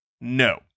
no